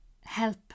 help